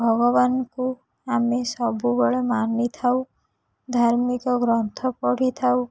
ଭଗବାନଙ୍କୁ ଆମେ ସବୁବେଳେ ମାନିଥାଉ ଧାର୍ମିକ ଗ୍ରନ୍ଥ ପଢ଼ିଥାଉ